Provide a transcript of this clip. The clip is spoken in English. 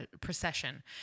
procession